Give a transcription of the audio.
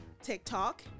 TikTok